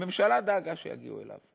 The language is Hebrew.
הממשלה דאגה שזה יגיע אליו,